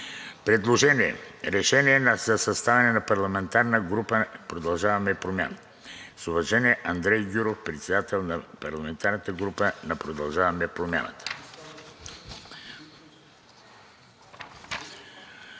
Приложения: 1. Решение за съставяне на парламентарната група „Продължаваме Промяната“. С уважение, Андрей Гюров – председател на парламентарната група „Продължаваме Промяната“